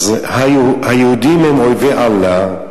היהודים הם אויבי אללה,